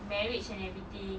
marriage and everything